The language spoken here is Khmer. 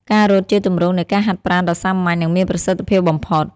ការរត់ជាទម្រង់នៃការហាត់ប្រាណដ៏សាមញ្ញ និងមានប្រសិទ្ធភាពបំផុត។